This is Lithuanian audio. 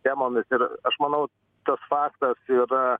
sistemomis ir aš manau tas faktas yra